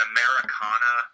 Americana